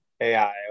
AI